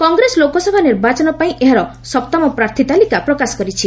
କଂଗ୍ରେସ ଲୋକସଭା ନିର୍ବାଚନ ପାଇଁ ଏହାର ସପ୍ତମ ପ୍ରାର୍ଥୀ ତାଲିକା ପ୍ରକାଶ କରିଛି